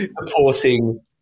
supporting